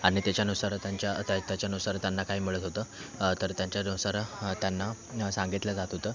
आणि त्याच्यानुसार त्यांच्या त्याच्यानुसार त्यांना काय मिळत होतं तर त्यांच्यानुसार त्यांना सांगितलं जात होतं